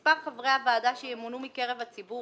1. מספר חברי הוועדה שימונו מקרב הציבור